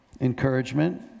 encouragement